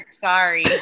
Sorry